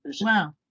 Wow